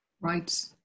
Right